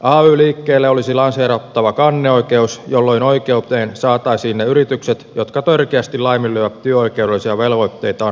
ay liikkeelle olisi lanseerattava kanneoikeus jolloin oikeuteen saataisiin ne yritykset jotka törkeästi laiminlyövät työoikeudellisia velvoitteitaan halpatyövoiman avulla